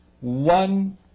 One